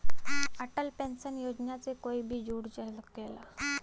Atal pension योजना से कोई भी जुड़ सकला